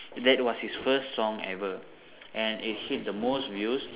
that was his first song ever and it hit the most views